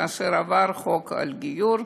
כאשר עבר החוק על גיור,